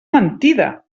mentida